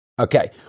Okay